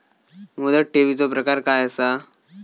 मुदत ठेवीचो प्रकार काय असा?